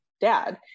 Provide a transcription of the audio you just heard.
dad